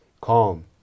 calm